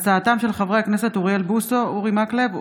בהצעתם של חברי הכנסת אוריאל בוסו, אורי מקלב,